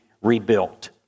rebuilt